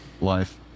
life